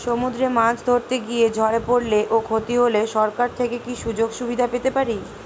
সমুদ্রে মাছ ধরতে গিয়ে ঝড়ে পরলে ও ক্ষতি হলে সরকার থেকে কি সুযোগ সুবিধা পেতে পারি?